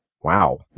Wow